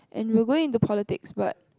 and we will go into politics but